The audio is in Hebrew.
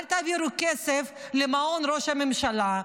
אל תעבירו כסף למעון ראש הממשלה,